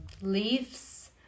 leaves